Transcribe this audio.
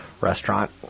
restaurant